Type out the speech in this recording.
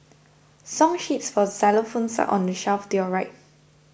song sheets for xylophones are on the shelf to your right